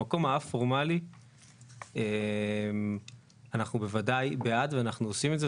במקום הא-פורמלי אנחנו בוודאי בעד ואנחנו עושים את זה.